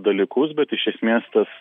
dalykus bet iš esmės tas